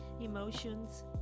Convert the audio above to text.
Emotions